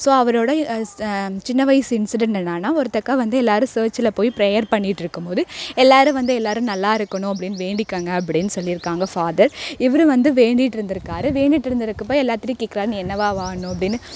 so அவரோடய ச சின்ன வயசு இன்சிடென்ட் என்னன்னா ஒருத்தக்கா வந்து எல்லாரும் சர்ச்சில் போய் ப்ரேயர் பண்ணிட்டு இருக்கும் போது எல்லாரும் வந்து எல்லாரும் நல்லா இருக்கணும் அப்படின்னு வேண்டிக்கோங்க அப்படின்னு சொல்லியிருக்காங்க ஃபாதர் இவரு வந்து வேண்டிகிட்டு இருந்துருக்கார் வேண்டிகிட்டு இருந்திருக்க போய் எல்லாத்திகிட்டையும் கேட்குறாரு நீ என்னவாக ஆகணும் அப்படின்னு